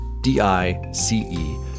D-I-C-E